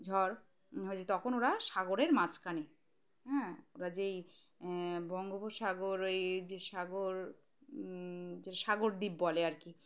ঝড় তখন ওরা সাগরের মাঝখানে হ্যাঁ ওরা যেই বঙ্গোপসাগর ওই যে সাগর যেটা সাগর দ্বীপ বলে আর কি